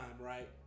right